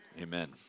amen